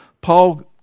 Paul